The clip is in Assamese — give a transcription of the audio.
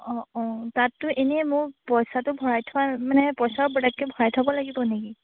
অঁ অঁ তাতটো এনেই মোৰ পইচাটো ভৰাই থোৱা মানে পইচাও বেলেগকৈ ভৰাই থ'ব লাগিব নেকি